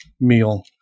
meal